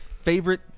Favorite